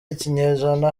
ikinyejana